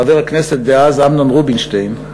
חבר הכנסת דאז אמנון רובינשטיין,